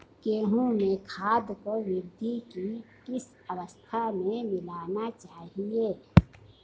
गेहूँ में खाद को वृद्धि की किस अवस्था में मिलाना चाहिए?